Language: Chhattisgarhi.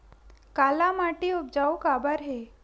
काला माटी उपजाऊ काबर हे?